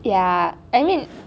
ya I mean